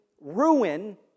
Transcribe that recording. ruin